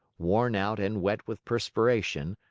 worn out and wet with perspiration,